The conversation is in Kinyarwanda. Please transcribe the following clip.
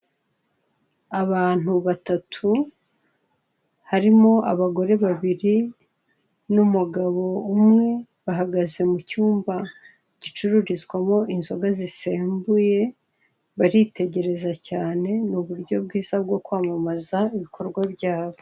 Abantu batatu harimo abagore babiri n'umugabo umwe, bahagze mu cyumba kicururizwamo inzoga zisembuye, baritegereza cyane, ni uburyo bwiza bwo kwamamaza ibikorwa byabo.